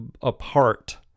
apart